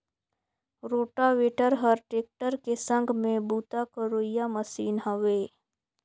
rotavator हर tractor के संघ में बूता करोइया मसीन हवे